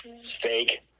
Steak